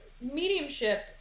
Mediumship